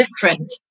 different